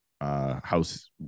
house